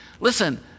Listen